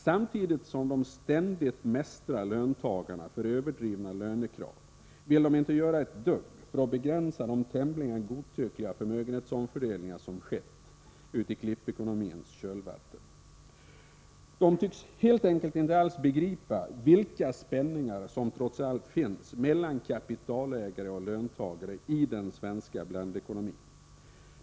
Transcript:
Samtidigt som de ständigt mästrar löntagarna för överdrivna lönekrav vill de inte göra ett dugg för att begränsa de tämligen godtyckliga förmögenhetsomfördelningar som skett i ”klippekonomins” kölvatten. De tycks helt enkelt inte alls begripa vilka spänningar som trots allt finns mellan kapitalägare och löntagare i den svenska blandekonomin.